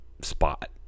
spot